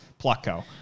Plucko